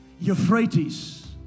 Euphrates